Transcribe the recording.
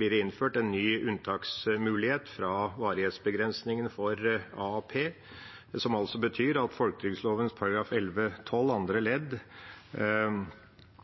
innført en ny unntaksmulighet fra varighetsbegrensningene for AAP, som altså betyr at folketrygdlovens § 11-12 andre ledd